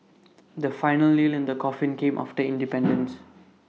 the final nail in the coffin came after independence